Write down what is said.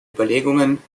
überlegungen